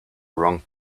wrong